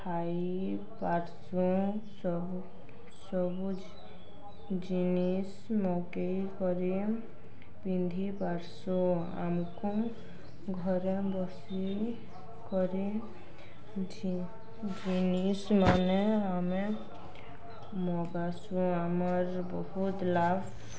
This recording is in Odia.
ଖାଇ ପାର୍ସୁଁ ସବୁ ସବୁ ଜିନିଷ୍ ମକେଇକରି ପିନ୍ଧି ପାର୍ସୁଁ ଆମକୁ ଘରେ ବସି କରି ଜିନିଷ୍ମାନେ ଆମେ ମଗାସୁଁ ଆମର୍ ବହୁତ୍ ଲାଭ୍